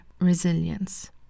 resilience